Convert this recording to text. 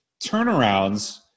turnarounds